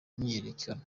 myiyerekano